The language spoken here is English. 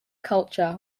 culture